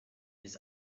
his